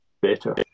better